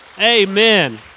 Amen